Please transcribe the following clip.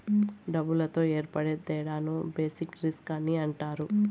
డబ్బులతో ఏర్పడే తేడాను బేసిక్ రిస్క్ అని అంటారు